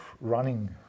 running